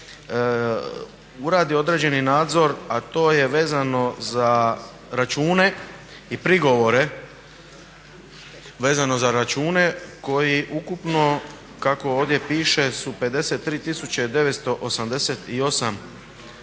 uradi određeni nadzor, a to je vezano za račune i prigovore, vezano za račune koji ukupno kako ovdje piše su 53 988